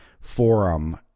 forum